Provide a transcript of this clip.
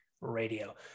Radio